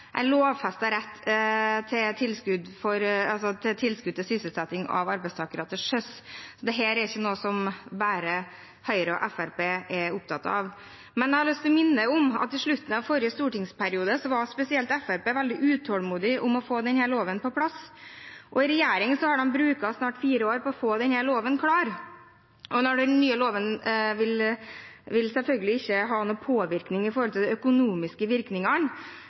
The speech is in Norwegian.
til tilskudd til sysselsetting av arbeidstakere til sjøs. Så dette er ikke noe som bare Høyre og Fremskrittspartiet er opptatt av. Jeg har lyst til å minne om at i slutten av forrige stortingsperiode var spesielt Fremskrittspartiet veldig utålmodig etter å få denne loven på plass. I regjering har de snart brukt fire år på å få denne loven klar. Den nye loven vil selvfølgelig ikke ha noen påvirkning på økonomien, siden dette er knyttet opp mot statsbudsjetter, men ser vi på lovteksten som vi vedtar i